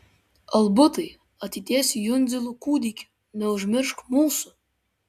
albutai ateities jundzilų kūdiki neužmiršk mūsų